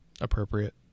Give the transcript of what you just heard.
Appropriate